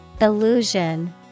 Illusion